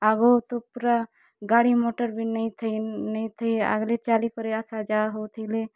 ଆଗ ତ ପୂରା ଗାଡ଼ି ମଟର୍ ବି ନେଇଁ ଥାଇ ନେଇଁ ଥାଇ ଆଗ୍ଲି ଚାଲି କରି ଆସା ଯାଆ ହଉଥିଲେ